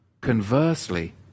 conversely